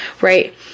Right